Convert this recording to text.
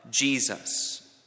Jesus